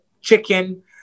chicken